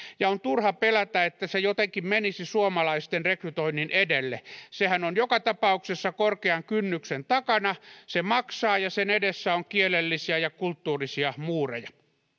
ja on turha pelätä että se jotenkin menisi suomalaisten rekrytoinnin edelle sehän on joka tapauksessa korkean kynnyksen takana se maksaa ja sen edessä on kielellisiä ja kulttuurisia muureja